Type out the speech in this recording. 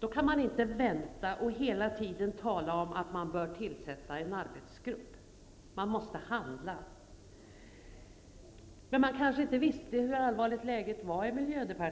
Då kan man inte vänta och hela tiden tala om att man bör tillsätta en arbetsgrupp, man måste handla. Men de vet kanske inte på miljödepartementet hur allvarligt läget är.